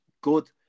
good